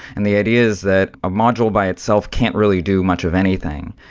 and the idea is that a module by itself can't really do much of anything.